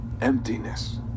emptiness